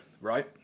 Right